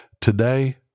Today